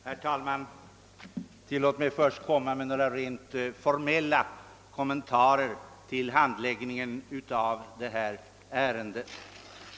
Herr talman! Tillåt mig först att framföra några rent formella kommentarer till handläggningen av detta ärende.